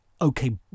okay